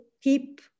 keep